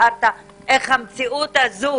תיארת איך המציאות הזאת,